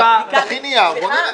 נחמיה, תכין נייר, בואו נראה.